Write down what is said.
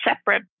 separate